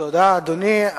תודה, אדוני.